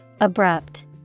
abrupt